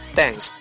Thanks